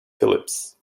phillips